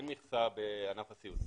אין מכסה בענף הסיעוד,